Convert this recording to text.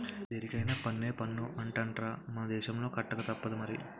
దేనికైన పన్నే పన్ను అంటార్రా మన దేశంలో కట్టకతప్పదు మరి